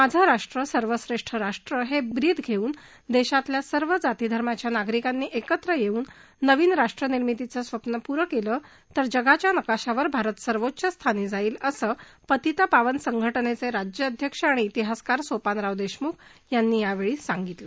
माझं राष्ट्र सर्व श्रेष्ठ राष्ट्रं हे ब्रीद घेऊन देशातल्या सर्व जाती धर्माच्या नागरिकांनी एकत्र येऊन नवं राष्ट्रं निर्मितीचं स्वप्नं पूर्ण केलं तर जगाच्या नकाशावर भारत सर्वोच्च स्थानी जाईल असं पतित पावन संघटनेचे राज्य अध्यक्ष आणि इतिहासकार सोपानराव देशमुख यांनी यावेळी सांगितलं